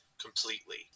Completely